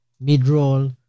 mid-roll